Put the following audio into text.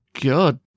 God